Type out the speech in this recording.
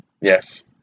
Yes